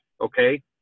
okay